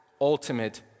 ultimate